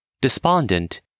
Despondent